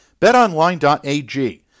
BetOnline.ag